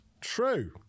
True